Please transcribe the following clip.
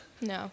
No